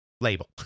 label